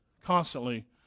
constantly